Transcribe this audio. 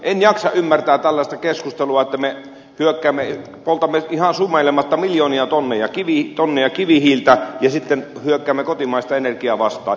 en jaksa ymmärtää tällaista keskustelua että me poltamme ihan sumeilematta miljoonia tonneja kivihiiltä ja sitten hyökkäämme kotimaista energiaa vastaan